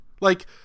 Like-